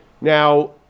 Now